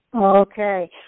Okay